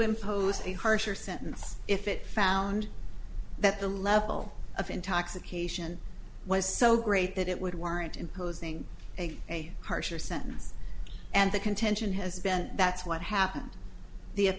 impose a harsher sentence if it found that the level of intoxication was so great that it would warrant imposing a harsher sentence and the contention has been that's what happened the